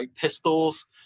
pistols